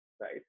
right